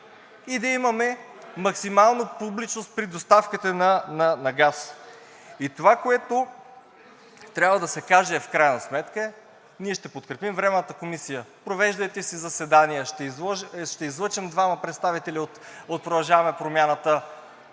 и да имаме максимална публичност при доставките на газ. И това, което трябва да се каже в крайна сметка, е – ние ще подкрепим Временната комисия. Провеждайте си заседания, ще излъчим двама представители от „Продължаваме Промяната“.